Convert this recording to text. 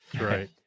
Right